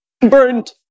burned